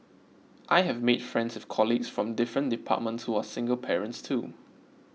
I have made friends with colleagues from different departments who are single parents too